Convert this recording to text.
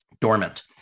dormant